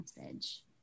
message